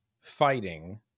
fighting